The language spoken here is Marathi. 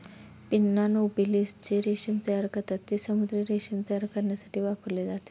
पिन्ना नोबिलिस जे रेशीम तयार करतात, ते समुद्री रेशीम तयार करण्यासाठी वापरले जाते